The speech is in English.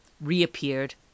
reappeared